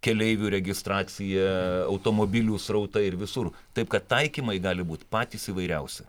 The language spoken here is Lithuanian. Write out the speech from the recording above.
keleivių registracija automobilių srautai ir visur taip kad taikymai gali būt patys įvairiausi